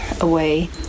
away